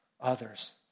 others